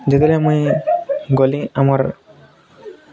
ଯେତେବେଳେ ମୁଇଁ ଗଲି ଆମର